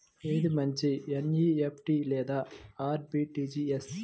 ఏది మంచి ఎన్.ఈ.ఎఫ్.టీ లేదా అర్.టీ.జీ.ఎస్?